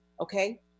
okay